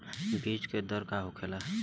बीज के दर का होखेला?